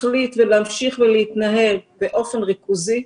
נחליט להמשיך להתנהל באופן ריכוזי,